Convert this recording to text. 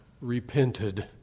repented